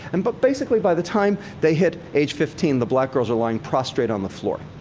and but basically by the time they hit age fifteen, the black girls are laying prostrate on the floor,